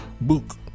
Book